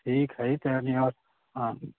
ठीक हइ तऽ अभी हँ